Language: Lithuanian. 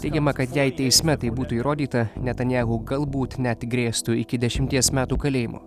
teigiama kad jei teisme tai būtų įrodyta netanijahu galbūt net grėstų iki dešimties metų kalėjimo